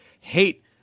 hate